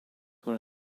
were